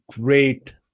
great